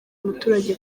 umuturage